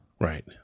Right